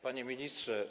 Panie Ministrze!